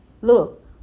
Look